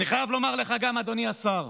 ואני חייב לומר גם לך, אדוני השר,